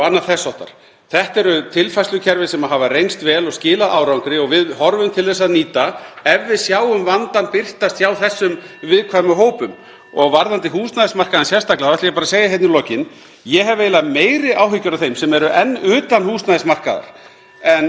(Forseti hringir.) sérstaklega ætla ég bara að segja hérna í lokin: Ég hef eiginlega meiri áhyggjur af þeim sem eru enn utan húsnæðismarkaðar en af þeim sem eru komnir inn á húsnæðismarkaðinn. Veggurinn inn á húsnæðismarkaðinn er alltaf að hækka. Það er orðið sjálfstætt stærra áhyggjuefni.